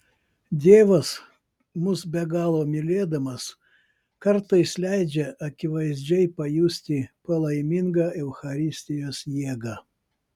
dievas mus be galo mylėdamas kartais leidžia akivaizdžiai pajusti palaimingą eucharistijos jėgą